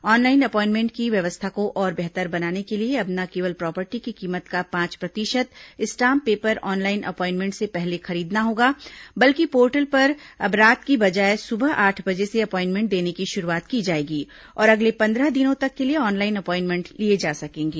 online appointment की व्यवस्था को और बेहतर बनाने के लिए अब न केवल प्रॉपर्टी की कीमत का पांच प्रतिशत स्टाम्प पेपर ऑनलाइन अपॉइनमेंट से पहले खरीदना होगा बल्कि पोर्टल पर अब रात की बजाय सुबह आठ बजे से अपॉइनमेंट देने की शुरूआत की जाएगी और अगले पंद्रह दिनों तक के लिए ऑनलाइन अपॉइनमेंट लिए जा सकेंगे